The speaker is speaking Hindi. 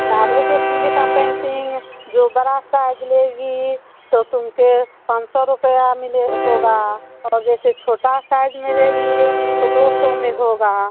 राधे कृष्ण जी का पेंटिंग जो बरा साइज लेगी तो तुमको पाँच सौ रुपया मिले होगा और जैसे छोटा साइज में लेगी तो दो सौ में होगा